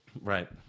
Right